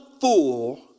fool